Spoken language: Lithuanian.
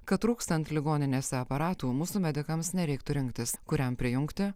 kad trūkstant ligoninėse aparatų mūsų medikams nereiktų rinktis kuriam prijungti